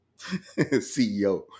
CEO